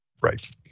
Right